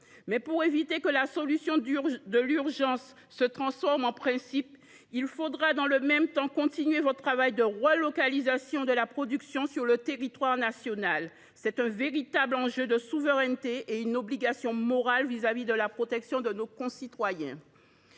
Mais, pour éviter que la solution de l’urgence ne se transforme en principe, il faudra, dans le même temps, continuer votre travail de relocalisation de la production sur le territoire national. C’est un véritable enjeu de souveraineté et une obligation morale pour la protection de nos concitoyens.